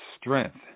strength